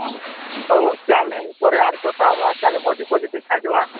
ହଁ ହଉ ଚାଲେ ପରେ ଆରେ କଥା ହେବା ଚାଲେ ଭୋଜି ଫୋଜି ଟିକେ ଖାଇଦେବା